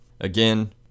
Again